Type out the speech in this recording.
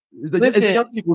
listen